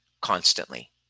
constantly